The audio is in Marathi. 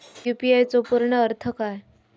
यू.पी.आय चो पूर्ण अर्थ काय?